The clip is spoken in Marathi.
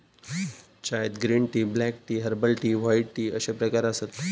चायत green tea, black tea, herbal tea, white tea अश्ये प्रकार आसत